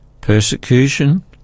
persecution